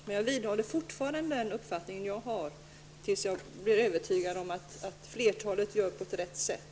Men jag vidhåller fortfarande den uppfattning jag har tills jag blir övertygad om att flertalet styrelser tillsätts på ett riktigt sätt.